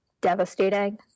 devastating